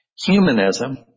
humanism